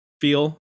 feel